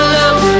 love